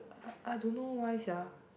uh I don't know why sia